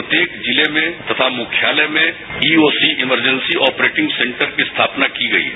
प्रत्येक जिले में तथा मुख्यालय में ईओसी इमरजेंसी ऑपरेटिंग सेंटर की स्थापना की गई है